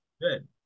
Good